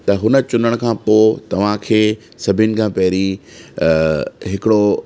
त हुन चुनण खां पोइ तव्हांखे सभिनी खां पहिरीं हिकिड़ो